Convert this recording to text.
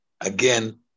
Again